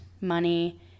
money